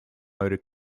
motor